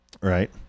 right